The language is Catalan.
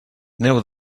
neu